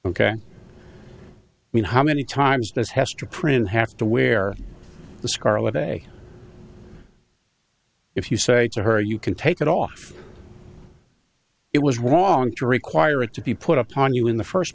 ok i mean how many times does hester prynne have to wear the scarlet a if you say to her you can take it off it was wrong to require it to be put upon you in the first